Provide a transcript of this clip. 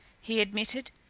he admitted.